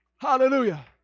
Hallelujah